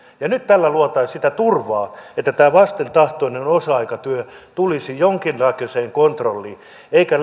nyt tällä luotaisiin sitä turvaa että tämä vastentahtoinen osa aikatyö tulisi jonkinnäköiseen kontrolliin eikä